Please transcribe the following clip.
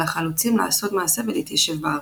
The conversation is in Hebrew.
ועל החלוצים לעשות מעשה ולהתיישב בארץ.